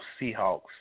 Seahawks